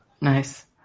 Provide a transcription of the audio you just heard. Nice